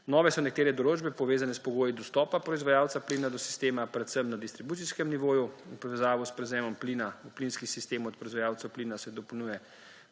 Nove so nekatere določbe, povezane s pogoji dostopa proizvajalca plina do sistema, predvsem na distribucijskem nivoju. V povezavi s prevzemom plina v plinski sistem od proizvajalcev plina se dopolnjuje